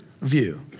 view